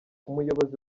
umuyobozi